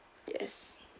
yes